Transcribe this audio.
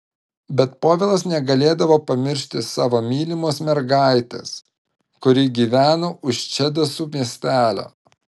bet povilas negalėdavo pamiršti savo mylimos mergaitės kuri gyveno už čedasų miestelio